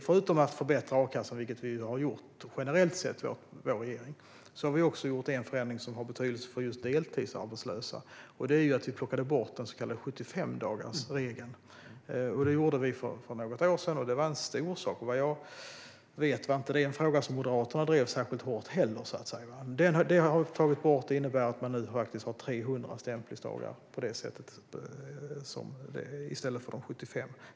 Förutom att vår regering generellt sett har förbättrat a-kassan har vi gjort en förändring som har betydelse för just deltidsarbetslösa: Vi plockade bort den så kallade 75-dagarsregeln. Det gjorde vi för något år sedan. Det var en stor sak, och vad jag vet var inte det en fråga som Moderaterna drev särskild hårt. Men den har vi alltså tagit bort, och det innebär att man nu har 300 stämplingsdagar i stället för de 75.